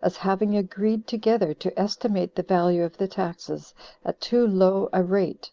as having agreed together to estimate the value of the taxes at too low a rate